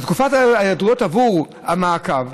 בתקופות הידועות עבור המעקב,